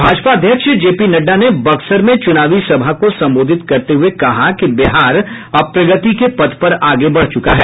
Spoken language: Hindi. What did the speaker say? भाजपा अध्यक्ष जेपी नड्डा ने बक्सर में चुनावी सभा को संबोधित करते हुए कहा कि बिहार अब प्रगति के पथ पर आगे बढ़ चुका है